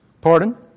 Pardon